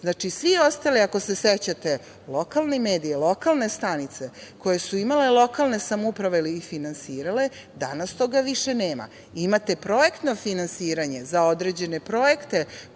Znači, svi ostali, ako se sećate, lokalni mediji, lokalne stanice koje su imale, lokalne samouprave ih finansirale, danas toga više nema. Imate projektno finansiranje za određene projekte